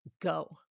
go